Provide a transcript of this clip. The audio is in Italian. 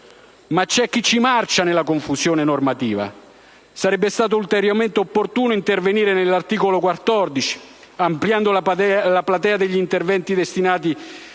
Ma c'è chi «ci marcia» nella confusione normativa. Sarebbe stato ulteriormente opportuno intervenire sull'articolo 14, ampliando la platea degli interventi destinatari